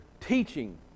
teaching